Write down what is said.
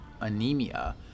Anemia